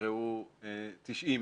יקראו 90 יום,